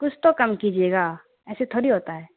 کچھ تو کم کیجیے گا ایسے تھوڑی ہوتا ہے